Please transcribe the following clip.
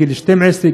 גיל 12,